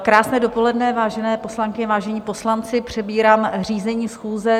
Krásné dopoledne, vážené poslankyně, vážení poslanci, přebírám řízení schůze.